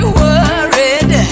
worried